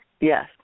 Yes